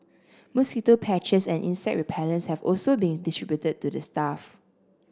mosquito patches and insect repellents have also been distributed to the staff